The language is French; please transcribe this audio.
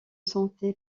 santé